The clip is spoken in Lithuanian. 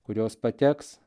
kurios pateks